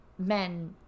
men